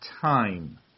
time